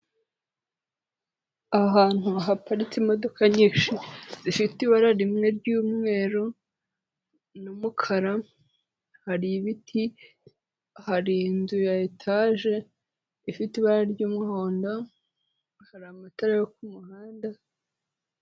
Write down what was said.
Ahantu haparitse imodoka nyinshi zifite ibara rimwe ry'umweru, n'umukara, hari ibiti, hari inzu ya etaje ifite ibara ry'umuhondo, hari amatara yo ku muhanda...